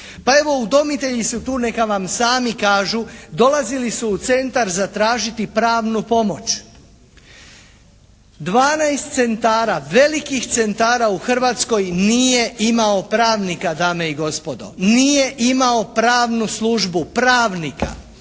Pa evo, udomitelji su tu, neka vam sami kažu. Dolazili su u centar zatražiti pravnu pomoć. 12 centara, velikih centara u Hrvatskoj nije imao pravnika dame i gospodo, nije imao pravnu službu, pravnika.